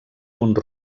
mont